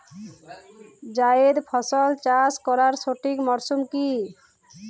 জায়েদ ফসল চাষ করার সঠিক মরশুম কি?